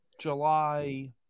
July